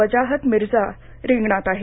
वजाहत मिर्झा रिंगणात आहेत